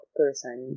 person